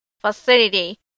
facility